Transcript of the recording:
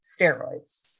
steroids